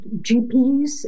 GPs